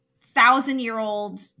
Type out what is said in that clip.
thousand-year-old